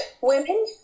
women